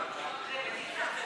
להעביר את הצעת חוק הרשות